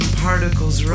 particles